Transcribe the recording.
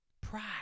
Pride